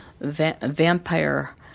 vampire